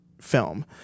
film